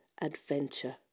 adventure